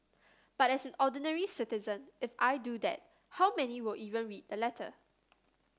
but as an ordinary citizen if I do that how many will even read the letter